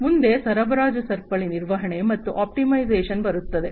ಮುಂದೆ ಸರಬರಾಜು ಸರಪಳಿ ನಿರ್ವಹಣೆ ಮತ್ತು ಆಪ್ಟಿಮೈಸೇಶನ್ ಬರುತ್ತದೆ